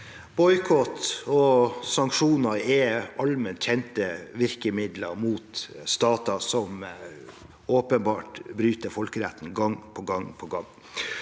Boikott og sanksjo- ner er allment kjente virkemidler mot stater som åpenbart bryter folkeretten gang på gang på gang.